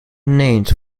named